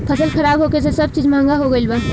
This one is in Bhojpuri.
फसल खराब होखे से सब चीज महंगा हो गईल बा